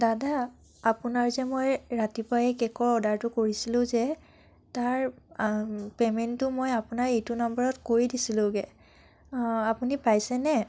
দাদা আপোনাৰ যে মই ৰাতিপুৱাই কেকৰ অৰ্ডাৰটো কৰিছিলোঁ যে তাৰ পে'মেণ্টটো মই আপোনাৰ এইটো নাম্বাৰত কৰি দিছিলোঁগৈ আপুনি পাইছেনে